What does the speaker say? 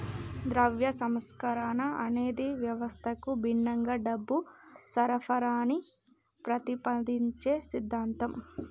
ద్రవ్య సంస్కరణ అనేది వ్యవస్థకు భిన్నంగా డబ్బు సరఫరాని ప్రతిపాదించే సిద్ధాంతం